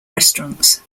restaurants